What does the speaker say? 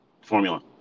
formula